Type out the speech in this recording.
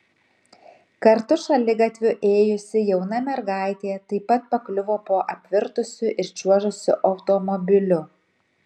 kartu šaligatviu ėjusi jauna mergaitė taip pat pakliuvo po apvirtusiu ir čiuožusiu automobiliu